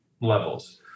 levels